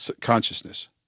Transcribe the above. consciousness